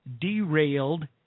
derailed